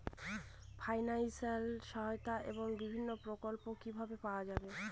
Financial সহায়তা এবং বিভিন্ন প্রকল্প কিভাবে পাওয়া যাবে?